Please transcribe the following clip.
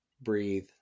breathe